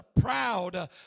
proud